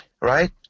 right